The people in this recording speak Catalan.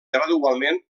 gradualment